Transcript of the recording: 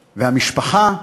והמשפחה,